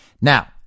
Now